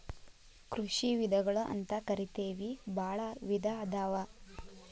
ಕೃಷಿ ವಿಧಗಳು ಅಂತಕರಿತೆವಿ ಬಾಳ ವಿಧಾ ಅದಾವ